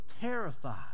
terrified